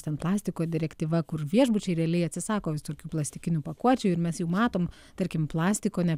ten plastiko direktyva kur viešbučiai realiai atsisako visokių plastikinių pakuočių ir mes jau matom tarkim plastiko ne